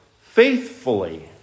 faithfully